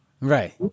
right